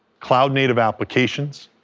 cloud native applications,